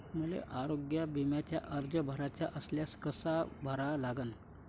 मले आरोग्य बिम्याचा अर्ज भराचा असल्यास कसा भरा लागन?